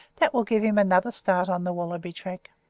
that will give him another start on the wallaby track.